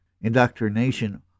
Indoctrination